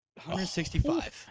165